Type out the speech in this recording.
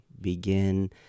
begin